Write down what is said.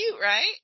right